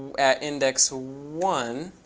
at index one,